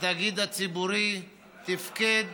התאגיד הציבורי תפקד